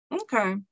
Okay